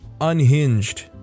Unhinged